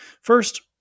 First